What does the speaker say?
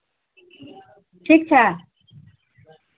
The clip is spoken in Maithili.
ठीक छै